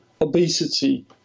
obesity